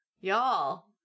y'all